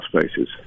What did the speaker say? spaces